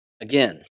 Again